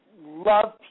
love